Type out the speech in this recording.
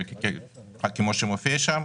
כמו שמופיע שם,